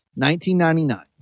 1999